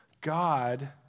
God